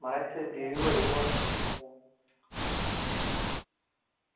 म्हाराज सिर पीड़ बी बड़ी होआ दी